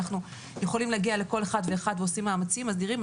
אנחנו יכולים להגיע לכל אחד ואחד ועושים מאמצים אדירים,